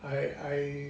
I I